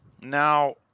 Now